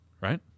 Right